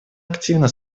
активно